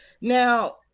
Now